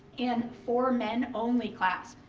and for men only class.